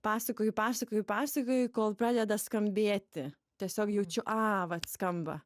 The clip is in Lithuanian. pasakoju pasakoju pasakoju kol pradeda skambėti tiesiog jaučiu a vat skamba